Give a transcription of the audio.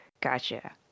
Gotcha